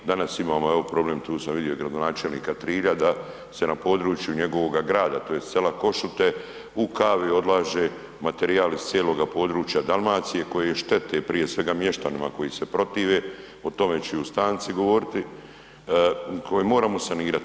Danas imamo evo problem, tu sam vidio gradonačelnika Trilja da se na području njegovoga grada tj. sela Košute u kali odlaže materijal iz cijeloga područja Dalmacije koji je štete prije svega mještanima koji se protive, o tome ću i u stanci govoriti, koji moramo sanirati.